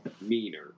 meaner